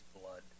blood